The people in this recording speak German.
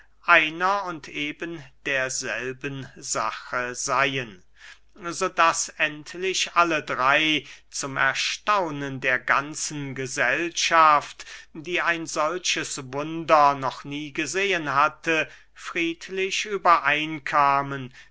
einer und eben derselben sache seyen so daß endlich alle drey zum erstaunen der ganzen gesellschaft die ein solches wunder noch nie gesehen hatte friedlich übereinkamen